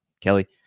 Kelly